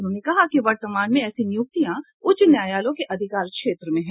उन्होंने कहा कि वर्तमान में ऐसी नियुक्तियां उच्च न्यायालयों के अधिकार क्षेत्र में हैं